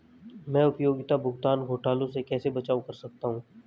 मैं उपयोगिता भुगतान घोटालों से कैसे बचाव कर सकता हूँ?